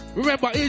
remember